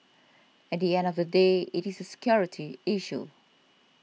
at the end of the day it is a security issue